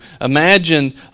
Imagine